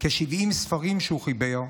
כ-70 ספרים שהוא חיבר,